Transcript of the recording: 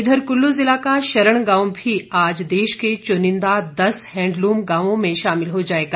इधर कुल्लू जिला का शरण गांव भी आज देश के चुनिंदा दस हैंडलूम गांवों में शामिल हो जाएगा